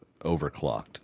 overclocked